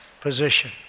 position